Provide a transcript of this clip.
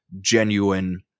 genuine